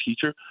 teacher